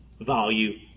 value